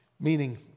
Meaning